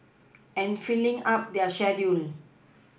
and filling up their schedule